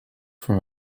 from